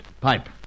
Pipe